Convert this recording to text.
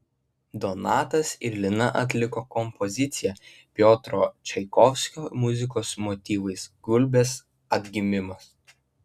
donatas ir lina atliko kompoziciją piotro čaikovskio muzikos motyvais gulbės atgimimas